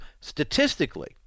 statistically